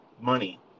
money